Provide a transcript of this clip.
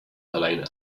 helena